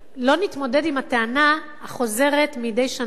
לא נתמודד עם הטענה החוזרת מדי שנה,